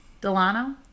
Delano